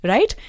Right